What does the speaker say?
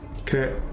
Okay